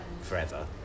forever